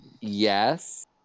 Yes